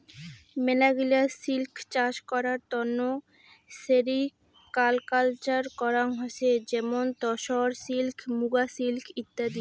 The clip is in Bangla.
মেলাগিলা সিল্ক চাষ করার তন্ন সেরিকালকালচার করাঙ হসে যেমন তসর সিল্ক, মুগা সিল্ক ইত্যাদি